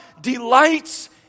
delights